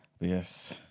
Yes